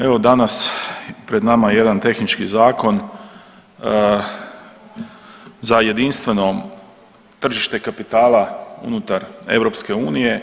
Evo danas pred nama je jedan tehnički zakon za jedinstveno tržište kapitala unutar EU.